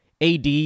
AD